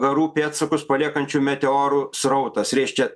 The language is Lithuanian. garų pėdsakus paliekančių meteorų srautas reiškia